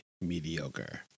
mediocre